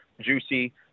juicy